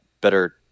better